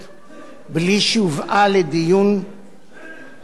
בלי שהובאה לדיון מוקדם,